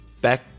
back